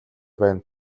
байна